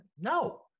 No